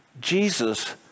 Jesus